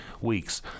weeks